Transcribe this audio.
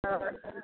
तहन केनाकि